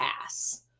pass